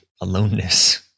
aloneness